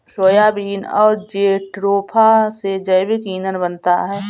soybean और jatropha से जैविक ईंधन बनता है